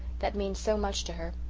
that means so much to her.